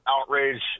outrage